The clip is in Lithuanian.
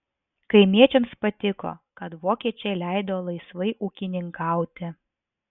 kaimiečiams patiko kad vokiečiai leido laisvai ūkininkauti